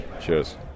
Cheers